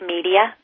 Media